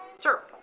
Sure